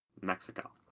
Mexico